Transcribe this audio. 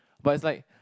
but is like